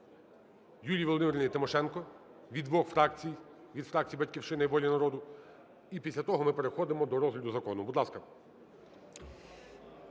Юлії Володимирівні Тимошенко від двох фракцій: від фракції "Батьківщина" і "Воля народу". І після того ми переходимо до розгляду закону. Будь ласка.